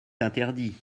interdit